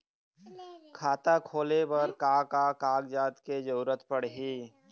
खाता खोले बर का का कागजात के जरूरत पड़ही?